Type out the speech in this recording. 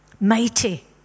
Mighty